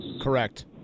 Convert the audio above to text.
Correct